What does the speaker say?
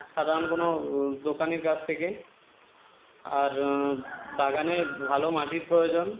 সাধারণ কোনো দোকানির কাছ থেকে আর বাগানে ভালো মাটির প্রয়োজন